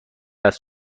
است